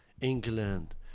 England